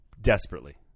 desperately